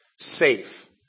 safe